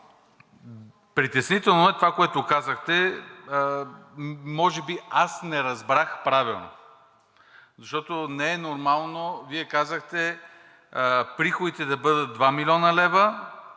притеснително е това, което казахте, но може би аз не разбрах правилно. Защото не е нормално, Вие казахте приходите да бъдат 2 млн. лв.,